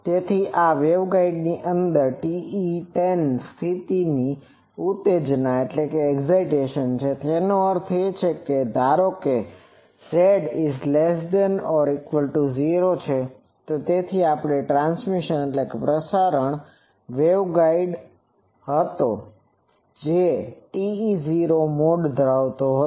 તેથી આ વેગગાઇડની અંદરની TE10 સ્થિતિઓની ઉત્તેજના છે તેનો અર્થ છે કે ધારો કે Z0 છે તો તે ટ્રાન્સમિશનtransmissionપ્રસારણ વેગગાઇડ હતો જે TE10 મોડ ધરાવતો હતો